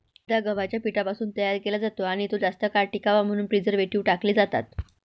मैदा गव्हाच्या पिठापासून तयार केला जातो आणि तो जास्त काळ टिकावा म्हणून प्रिझर्व्हेटिव्ह टाकले जातात